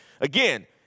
Again